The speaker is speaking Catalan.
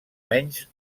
menys